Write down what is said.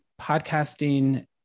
podcasting